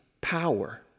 power